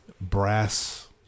brass